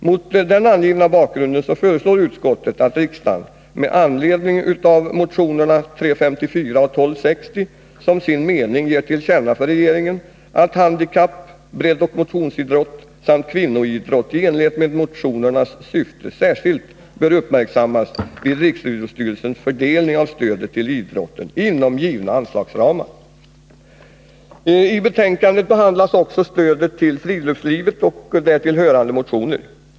Mot den angivna bakgrunden föreslår utskottet att riksdagen med anledning av motionerna 354 och 1260 som sin mening ger till känna för regeringen att handikapp-, breddoch motionsidrott samt kvinnoidrott i enlighet med motionernas syfte särskilt skall uppmärksammas vid riksidrottsstyrelsens fördelning av stödet till idrotten inom givna anslagsramar. I betänkandet behandlas också stödet till friluftslivet och de motioner som väckts om detta.